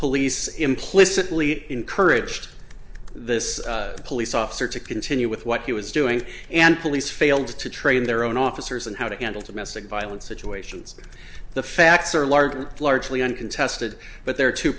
police implicitly encouraged this police officer to continue with what he was doing and police failed to train their own officers and how to handle domestic violence situations the facts are largely largely uncontested but there